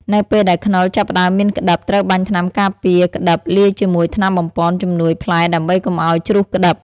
នៅពេលដែលខ្នុរចាប់ផ្តើមមានក្តិប ត្រូវបាញ់ថ្នាំការពារក្តិបលាយជាមួយថ្នាំបំប៉នជំនួយផ្លែដើម្បីកុំឲ្យជ្រុះក្តិប។